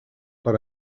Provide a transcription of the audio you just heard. per